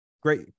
great